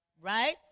right